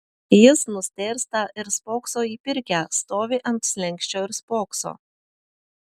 jis nustėrsta ir spokso į pirkią stovi ant slenksčio ir spokso